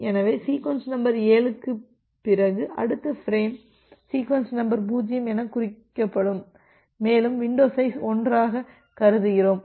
எனவே sequence number 7 க்குப் பிறகு அடுத்த ஃபிரேம் சீக்வென்ஸ் நம்பர் 0 எனக் குறிக்கப்படும் மேலும் வின்டோ சைஸ் 1 ஆகக் கருதுகிறோம்